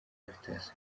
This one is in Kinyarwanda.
caritas